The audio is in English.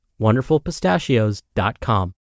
wonderfulpistachios.com